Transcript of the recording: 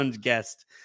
guest